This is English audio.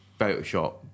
Photoshop